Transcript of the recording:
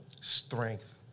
strength